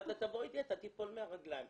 אבל תבוא איתי ואתה תיפול מהרגליים.